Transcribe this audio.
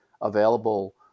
available